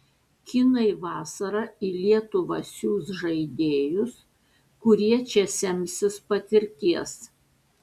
kinai vasarą į lietuvą siųs žaidėjus kurie čia semsis patirties